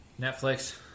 Netflix